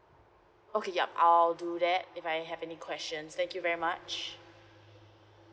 okay yup I'll do that if I have any questions thank you very much